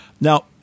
now